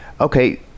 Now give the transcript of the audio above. okay